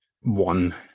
one